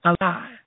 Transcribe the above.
alive